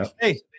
Hey